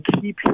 keep